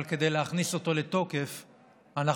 אבל כדי להכניס אותו לתוקף אנחנו,